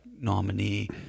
nominee